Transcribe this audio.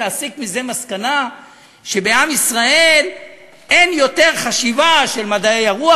להסיק מזה מסקנה שבעם ישראל אין יותר חשיבה של "מדעי הרוח",